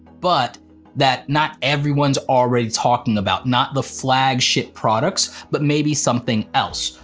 but that not everyone's already talking about, not the flagship products, but maybe something else.